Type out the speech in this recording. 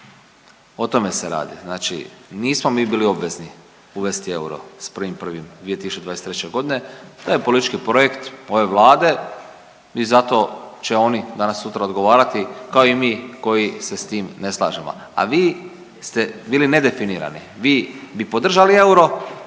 o tome se radi. Znači nismo mi bili obvezni uvesti euro s 1.1.2023.g. to je politički projekt ove vlade i zato će oni danas sutra odgovarati kao i mi koji se s tim ne slažemo. A vi ste bili ne definirani, vi bi podržali euro,